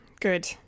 good